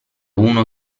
uno